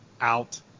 Out